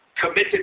committed